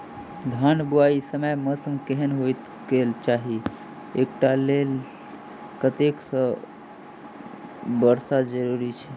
धान बुआई समय मौसम केहन होइ केँ चाहि आ एकरा लेल कतेक सँ मी वर्षा जरूरी छै?